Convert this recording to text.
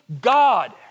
God